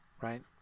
right